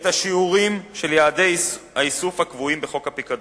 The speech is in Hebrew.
את השיעורים של יעדי האיסוף הקבועים בחוק הפיקדון.